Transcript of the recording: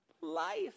life